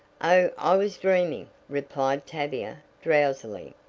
i was dreaming, replied tavia drowsily,